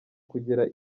kugera